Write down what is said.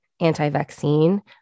anti-vaccine